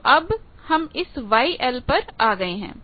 तो अब हम इस YL पर आ गए हैं